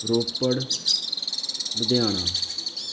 Ropar Ludhiana